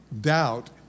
doubt